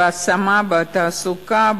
בהשמה בתעסוקה,